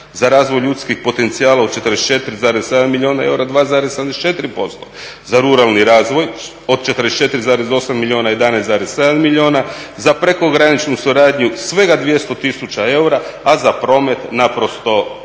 za razvoj ljudskih potencijala od 44,7 milijuna eura 2,74%, za ruralni razvoj od 44,8 milijuna 11,7 milijuna, a za prekograničnu suradnju svega 200 tisuća eura, a za promet naprosto 0